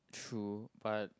true but